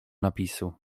napisu